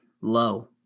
low